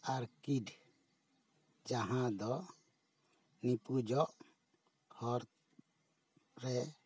ᱟᱨᱠᱤᱴ ᱡᱟᱦᱟᱸ ᱫᱚ ᱱᱤᱯᱩᱡᱚᱜ ᱦᱚᱨ ᱨᱮ